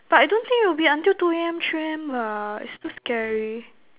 but I don't think it will be until two A_M three A_M lah is too scary